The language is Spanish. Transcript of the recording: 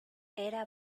era